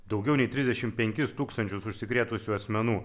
daugiau nei trisdešim penkis tūkstančius užsikrėtusių asmenų